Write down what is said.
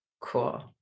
Cool